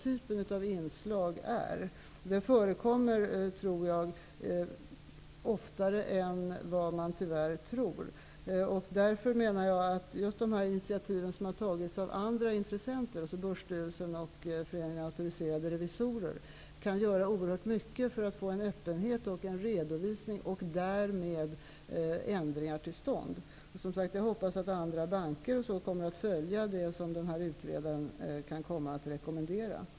Dessa inslag förekommer tyvärr oftare än vad man tror. Därför kan de initiativ som tagits av Börsstyrelsen och Föreningen Auktoriserade Revisorer göra oerhört mycket för att få en öppenhet och en redovisning i dessa frågor. Därmed kan vi få ändringar till stånd. Jag hoppas att andra banker kommer att följa det som utredaren kan komma att rekommendera.